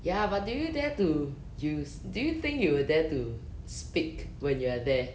ya but do you dare to use do you think you will dare to speak when you are there